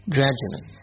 Gradually